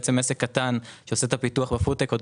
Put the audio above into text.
בעצם עסק קטן שעושה את הפיתוח בפוד-טק עוד